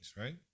right